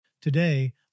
Today